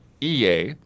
EA